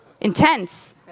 intense